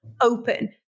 open